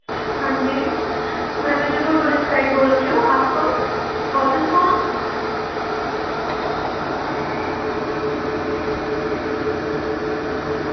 हां जी में विजयपुर टूरिस्ट गाइड बोल रही हूं आप कौन ओह् तुस कौन